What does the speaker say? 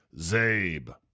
Zabe